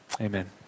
Amen